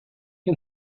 can